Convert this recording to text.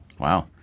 Wow